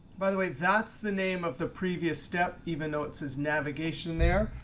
by the way that's the name of the previous step, even though it says navigation there.